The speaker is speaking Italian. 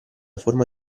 forma